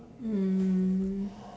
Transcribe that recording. um